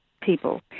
people